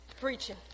preaching